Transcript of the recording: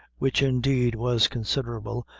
which indeed was considerable,